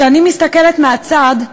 כשאני מסתכלת מהצד,